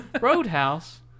Roadhouse